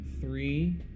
three